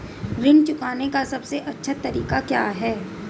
ऋण चुकाने का सबसे अच्छा तरीका क्या है?